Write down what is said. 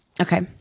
Okay